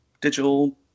digital